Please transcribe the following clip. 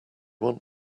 want